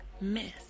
Miss